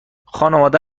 خانواده